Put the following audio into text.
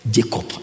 Jacob